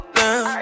now